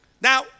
Now